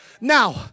Now